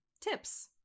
tips